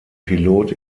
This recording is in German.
pilot